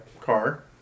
Car